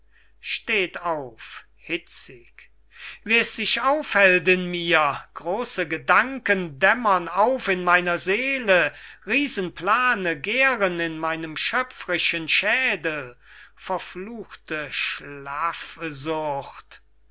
steht auf hitzig wie es sich aufhellt in mir große gedanken dämmern auf in meiner seele riesenplane gähren in meinem schöpfrischen schedel verfluchte schlafsucht